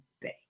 Bay